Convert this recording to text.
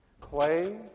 Clay